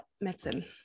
medicine